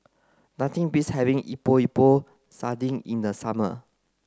nothing beats having Epok Epok Sardin in the summer